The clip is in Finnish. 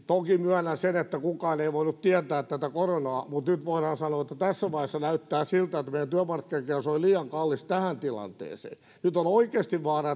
toki myönnän sen että kukaan ei voinut tietää tätä koronaa mutta nyt valitettavasti voidaan sanoa että tässä vaiheessa näyttää siltä että meidän työmarkkinakierros oli liian kallis tähän tilanteeseen nyt on oikeasti vaara